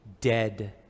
dead